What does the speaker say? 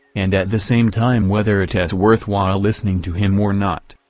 and at the same time whether it s worth while listening to him or not,